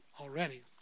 already